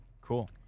cool